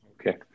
Okay